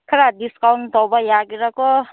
ꯈꯔ ꯗꯤꯁꯀꯥꯎꯟ ꯇꯧꯕ ꯌꯥꯒꯦꯔꯀꯣ